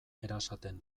erasaten